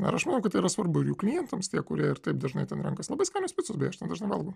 ir aš manau tai yra svarbu ir jų klientams tie kurie ir taip dažnai ten rankas labai skanios picos beje aš ten dažnai valgau